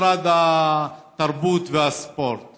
משרד התרבות והספורט